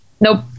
nope